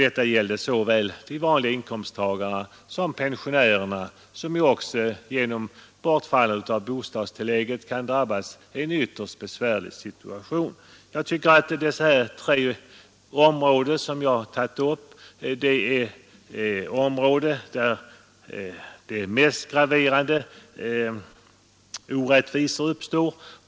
Detta såväl beträffande vanliga inkomsttagare som pensionärer, vilka sistnämnda genom bortfall av bostadstillägget kan råka i en ytterst besvärlig situation. Jag anser att det är just på dessa områden som de mest graverande orättvisorna uppstår.